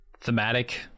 thematic